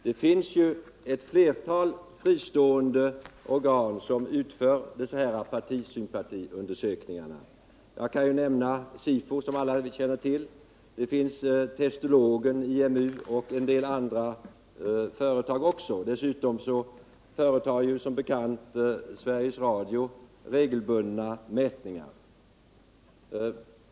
Det finns ett flertal fristående organ som utför partisympatiundersökningar. Jag kan nämna SIFO, som alla känner till, Testologen, IMU och en del andra företag. Dessutom företar som bekant Sveriges Radio regelbundna mätningar.